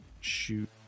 shoot